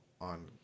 on